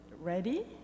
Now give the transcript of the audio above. ready